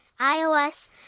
iOS